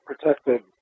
protected